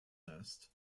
nest